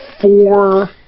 four